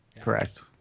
Correct